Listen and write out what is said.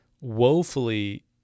woefully